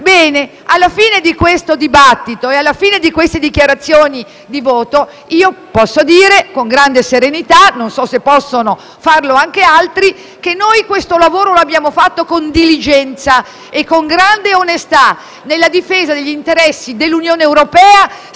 alla fine di questo dibattito e di queste dichiarazioni di voto posso dire con grande serenità - non so se possono farlo anche altri - che questo lavoro lo abbiamo fatto con diligenza e con grande onestà, nella difesa degli interessi dell'Unione europea,